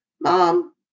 Mom